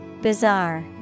Bizarre